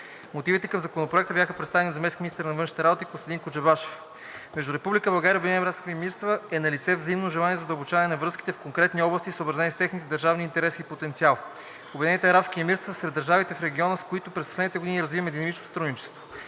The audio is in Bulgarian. Мотивите към Законопроекта бяха представени от заместник министъра на външните работи Костадин Коджабашев. Между Република България и Обединените арабски емирства е налице взаимно желание за задълбочаване на връзките в конкретни области, съобразени с техните държавни интереси и потенциал. Обединените арабски емирства са сред държавите от региона, с които през последните години развиваме динамично сътрудничество.